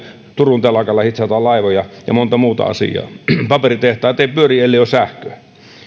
turun telakalla hitsataan laivoja ja monta muuta asiaa paperitehtaat eivät pyöri ellei ole sähköä